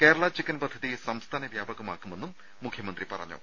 Kerala chicken പദ്ധതി സംസ്ഥാന വ്യാപകമാക്കുമെന്നും മുഖ്യമന്ത്രി പറഞ്ഞു